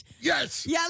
Yes